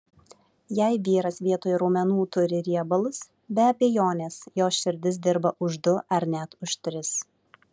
jei vyras vietoj raumenų turi riebalus be abejonės jo širdis dirba už du ar net už tris